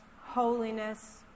holiness